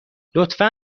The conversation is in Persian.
لطفا